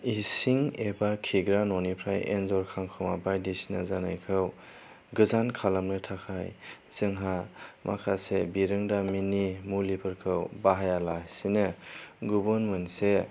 इसिं एबा खिग्रा न'निफ्राय एनजर खांख'मा बायदिसिना जानायखौ गोजान खालामनो थाखाय जोंहा माखासे बिरोंदामिननि मुलिफोरखौ बाहाया लासिनो गुबुन मोनसे